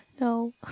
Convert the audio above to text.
No